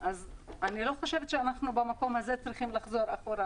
אף אחד לא אומר שזה לא הוגן להחזיר את העלות של כרטיסי הטיסה,